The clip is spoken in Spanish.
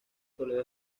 toledo